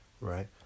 right